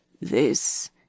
This